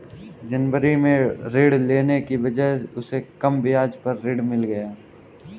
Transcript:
जनवरी में ऋण लेने की वजह से उसे कम ब्याज पर ऋण मिल गया